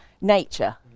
nature